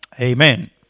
Amen